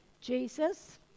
Jesus